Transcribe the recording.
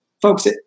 folks